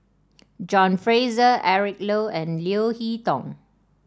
John Fraser Eric Low and Leo Hee Tong